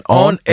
on